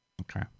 Okay